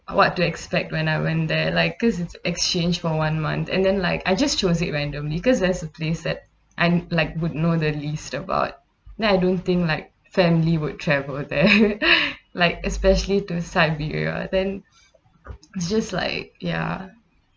what to expect when I went there like cause it's exchange for one month and then like I just choose it randomly because as they said I'm like would know the least about now I don't think like family would travel there like especially those siberia then just like ya